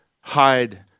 hide